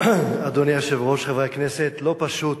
אדוני היושב-ראש, חברי הכנסת, לא פשוט